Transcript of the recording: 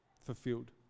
Fulfilled